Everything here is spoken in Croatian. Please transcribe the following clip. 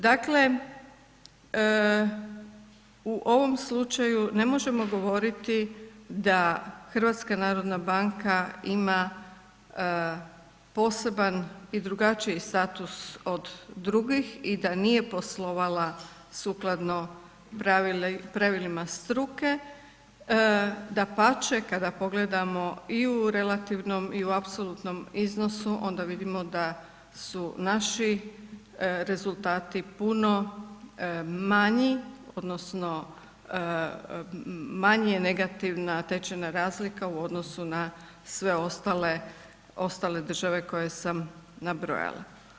Dakle u ovom slučaju ne možemo govoriti da HNB ima poseban i drugačiji status od drugih i da nije poslovala sukladno pravilima struke, dapače, kada pogledamo i u relativnom i u apsolutno iznosu onda vidimo da su naši rezultati puno manji, odnosno manje negativna tečajna razlika u odnosu na sve ostale države koje sam nabrojala.